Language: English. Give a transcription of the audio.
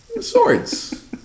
swords